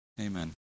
amen